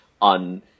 on